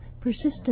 persistence